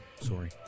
Sorry